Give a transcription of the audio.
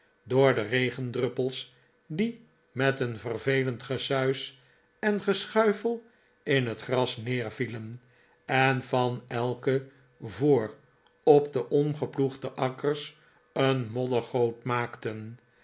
door de regendruppels die met eon vervelend gesuis en geschuifel in het gras neervielen en van elke voor op de omgeploegde akkers een moddergoot maakten